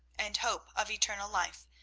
and hope of eternal life,